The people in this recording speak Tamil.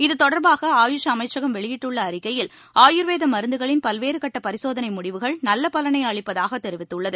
இதுதொடர்பாக ஆயுஷ் அமைச்சகம் வெளியிட்டுள்ள அறிக்கையில் ஆயுர்வேத மருந்துகளின் பல்வேறு கட்ட பரிசோதனை முடிவுகள் நல்ல பலனை அளிப்பதாக தெரிவித்துள்ளது